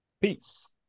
Peace